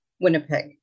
winnipeg